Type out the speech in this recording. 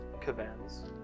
Cavan's